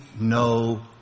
no